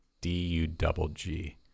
D-U-Double-G